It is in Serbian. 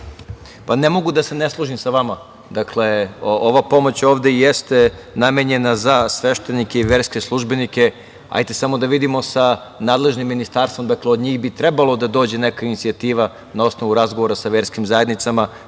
Ne mogu da se ne složim sa vama. Dakle, ova pomoć ovde jeste namenjena za sveštenike i verske službenike, samo da vidimo sa nadležnim ministarstvom, dakle od njih bi trebalo da dođe neka inicijativa, na osnovu razgovora sa verskim zajednicama. Kao